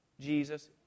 Jesus